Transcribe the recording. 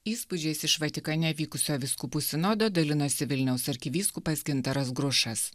įspūdžiais iš vatikane vykusio vyskupų sinodo dalinosi vilniaus arkivyskupas gintaras grušas